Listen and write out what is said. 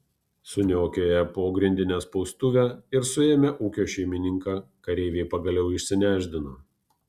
suniokoję pogrindinę spaustuvę ir suėmę ūkio šeimininką kareiviai pagaliau išsinešdino